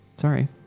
sorry